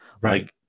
right